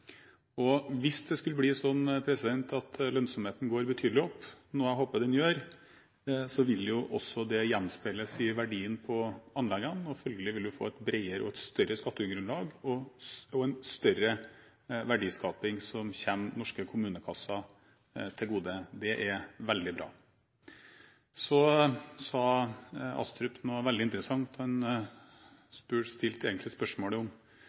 gjelder. Hvis det skulle bli slik at lønnsomheten går betydelig opp, noe jeg håper at den gjør, vil jo også det gjenspeiles i verdien på anleggene. Følgelig vil man få et bredere og større skattegrunnlag og en større verdiskaping, som vil komme norske kommunekasser til gode. Det er veldig bra. Så sa Astrup noe veldig interessant. Han stilte spørsmål om de grønne sertifikatene var en hjertestarter eller en pacemaker. Det